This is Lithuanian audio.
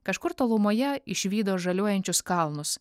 kažkur tolumoje išvydo žaliuojančius kalnus